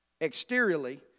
exteriorly